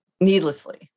Needlessly